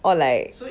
or like